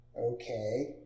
Okay